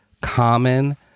common